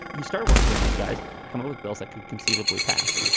you start working with these guys to come up with bills that could conceivably pass.